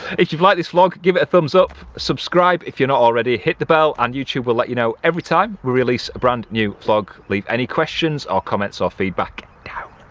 if you've liked this vlog give it a thumbs up subscribe if you're not already hit the bell and youtube will let you know every time we release a brand new vlog, leave any questions or comments or feedback down